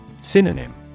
Synonym